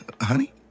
Honey